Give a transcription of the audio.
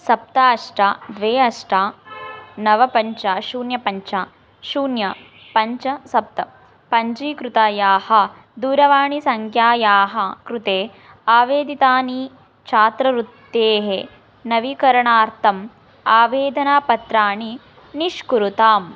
सप्त ष्ट द्वे अष्ट नव पञ्च शून्यं पञ्च शून्यं पञ्च सप्त पञ्चीकृतायाः दूरवाणीसङ्ख्यायाः कृते आवेदितानि छात्रवृत्तेः नवीकरणार्थम् आवेदनसपत्राणि निष्कुरुताम्